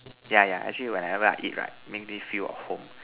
yeah yeah actually whenever I eat right make me feel of home